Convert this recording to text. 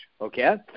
okay